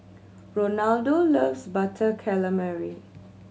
Ronaldo loves Butter Calamari